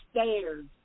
stairs